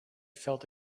felt